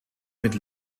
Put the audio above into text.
mit